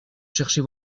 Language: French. chercher